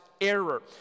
error